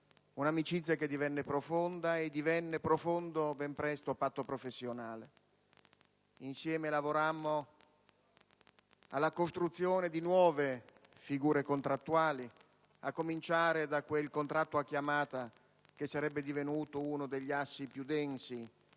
amicizia che ben presto divenne profondo patto professionale. Insieme lavorammo alla costruzione di nuove figure contrattuali, a cominciare da quel contratto "a chiamata" che sarebbe divenuto uno degli assi più densi